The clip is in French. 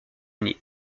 uni